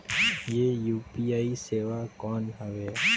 ये यू.पी.आई सेवा कौन हवे?